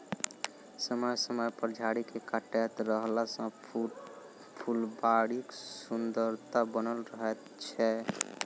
समय समय पर झाड़ी के काटैत रहला सॅ फूलबाड़ीक सुन्दरता बनल रहैत छै